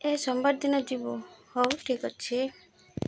ଏ ସୋମବାର ଦିନ ଯିବୁ ହଉ ଠିକ୍ ଅଛି